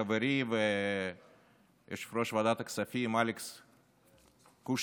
חברי ויושב-ראש ועדת הכספים אלכס קושניר,